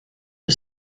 the